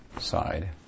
Side